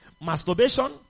masturbation